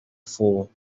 fool